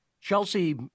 Chelsea